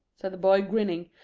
said the boy, grinning.